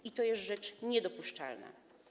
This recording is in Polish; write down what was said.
I to jest rzecz niedopuszczalna.